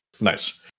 Nice